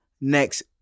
next